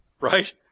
Right